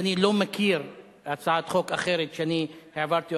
ואני לא מכיר הצעת חוק אחרת שהעברתי או